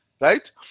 Right